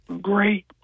great